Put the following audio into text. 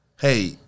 hey